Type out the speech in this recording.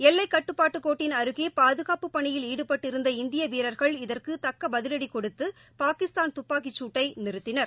எல்லைக்கட்டுப்பாடு கோட்டின் அருகே பாதுகாப்புப் பனியில் ஈடுபட்டிருந்த இந்திய வீரர்கள் இதற்கு தக்க பதிலடி கொடுத்து பாகிஸ்தான் தப்பாக்கிச்சூட்டை நிறுத்தினர்